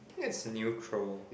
that's neutral